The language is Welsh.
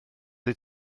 wyt